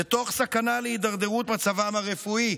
ותוך סכנה להידרדרות מצבם הרפואי.